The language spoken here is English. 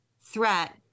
threat